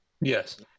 yes